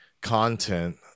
content